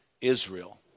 Israel